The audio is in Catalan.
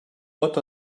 pot